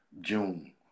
June